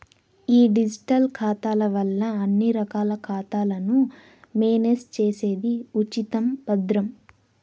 ఈ డిజిటల్ ఖాతాల వల్ల అన్ని రకాల ఖాతాలను మేనేజ్ చేసేది ఉచితం, భద్రం